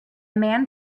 man